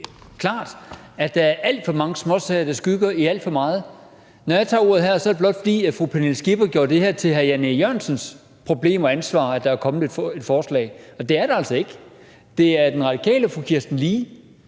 helt klart, at der er alt for mange småsager, der skygger i alt for meget. Når jeg tager ordet her, er det blot, fordi fru Pernille Skipper gjorde det til hr. Jan E. Jørgensens problem og ansvar, at der er kommet et forslag, og det er det altså ikke. Det er den radikale fru Kirsten Lee,